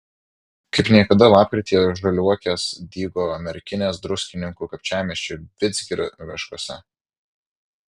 kaip niekada lapkrityje žaliuokės dygo merkinės druskininkų kapčiamiesčio vidzgirio miškuose